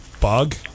Bug